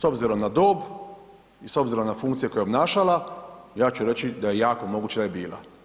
S obzirom na dob i s obzirom na funkcije koje je obnašala, ja ću reći da je jako moguće da je bila.